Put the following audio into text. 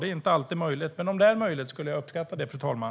Det är inte alltid möjligt, men om det är möjligt skulle jag uppskatta det, fru talman.